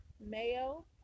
mayo